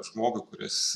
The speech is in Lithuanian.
žmogui kuris